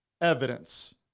evidence